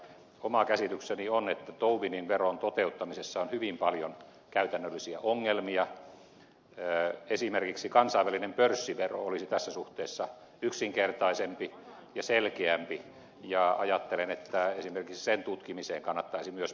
oma käsitykseni on että tobinin veron toteuttamisessa on hyvin paljon käytännöllisiä ongelmia esimerkiksi kansainvälinen pörssivero olisi tässä suhteessa yksinkertaisempi ja selkeämpi ja ajattelen että esimerkiksi sen tutkimiseen kannattaisi myös panostaa